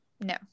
no